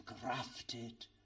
grafted